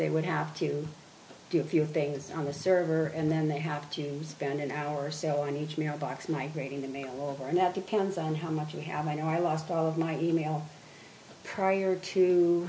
they would have to do a few things on the server and then they have to spend an hour or so on each meal box migrating the mail over and that depends on how much you have i know i lost all of my e mail prior to